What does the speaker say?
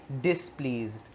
displeased